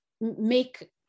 make